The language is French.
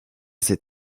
ces